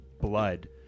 blood